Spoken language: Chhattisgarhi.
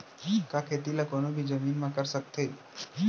का खेती ला कोनो भी जमीन म कर सकथे?